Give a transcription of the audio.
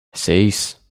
seis